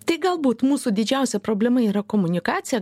tai galbūt mūsų didžiausia problema yra komunikacija